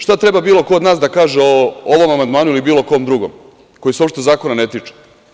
Šta treba bilo ko od nas da kaže o ovom amandmanu ili bilo kom drugom, koji se uopšte zakona ne tiče?